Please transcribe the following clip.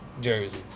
Jersey